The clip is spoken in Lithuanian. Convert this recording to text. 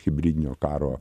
hibridinio karo